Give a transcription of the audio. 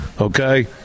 Okay